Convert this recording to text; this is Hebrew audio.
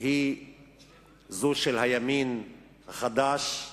היא זו של הימין החדש,